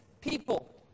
people